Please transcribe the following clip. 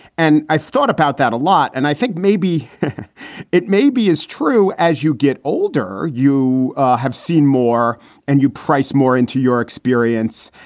and i thought about that a lot. and i think maybe it may be as true as you get older. you have seen more and you price more into your experience.